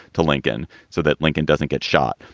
to lincoln so that lincoln doesn't get shot.